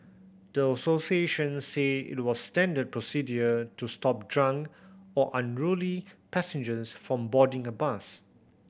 the associations said it was standard procedure to stop drunk or unruly passengers from boarding a bus